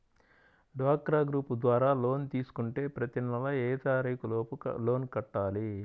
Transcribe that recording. డ్వాక్రా గ్రూప్ ద్వారా లోన్ తీసుకుంటే ప్రతి నెల ఏ తారీకు లోపు లోన్ కట్టాలి?